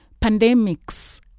pandemics